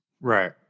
right